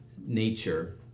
nature